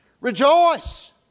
Rejoice